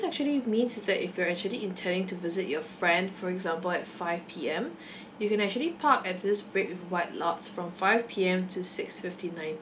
actually means is that if you're actually intending to visit your friend for example at five P_M you can actually park at this red with white lots from five P_M to six fifty nine